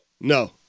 No